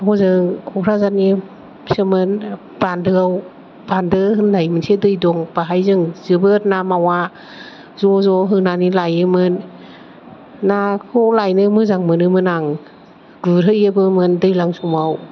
हजों क'क्राझारनि सोमोन बान्दोआव बान्दो होन्नाय मोनसे दै दं बेहाय जों जोबोर ना मावा ज' ज' होनानै लाइयोमोन नाखौ लायनो मोजां मोनोमोन आं गुरहैयोबोमोन दैज्लां समाव